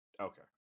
Okay